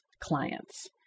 clients